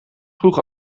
vroeg